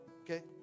okay